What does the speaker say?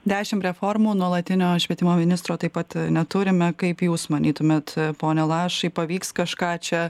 dešim reformų nuolatinio švietimo ministro taip pat neturime kaip jūs manytumėt pone lašai pavyks kažką čia